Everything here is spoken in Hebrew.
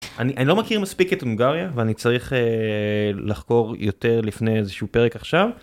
אני לא מכיר מספיק את הונגריה ואני צריך לחקור יותר לפני איזה שהוא פרק עכשיו.